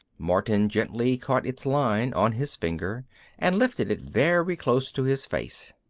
martin gently caught its line on his finger and lifted it very close to his face.